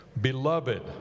Beloved